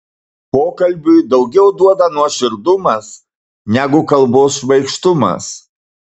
pokalbiui daugiau duoda nuoširdumas negu kalbos šmaikštumas